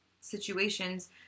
situations